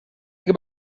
دیگه